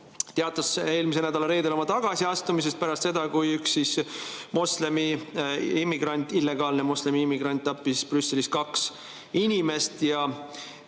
teatas eelmise nädala reedel oma tagasiastumisest pärast seda, kui üks moslemi immigrant, illegaalne moslemi immigrant tappis Brüsselis kaks inimest.